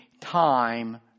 time